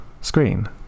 screen